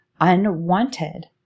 unwanted